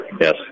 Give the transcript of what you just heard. Yes